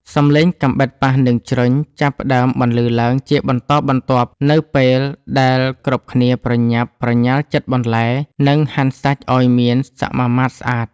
សំឡេងកាំបិតប៉ះនឹងជ្រុញចាប់ផ្ដើមបន្លឺឡើងជាបន្តបន្ទាប់ នៅពេលដែលគ្រប់គ្នាប្រញាប់ប្រញាល់ចិតបន្លែ និងហាន់សាច់ឱ្យមានសមាមាត្រស្អាត។